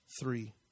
three